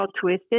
twisted